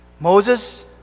Moses